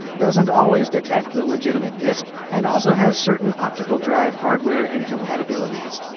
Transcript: doesn't always detect the legitimate disc and also has certain optical drive hardware incompatibilities.